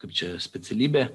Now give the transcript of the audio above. kaip čia specialybė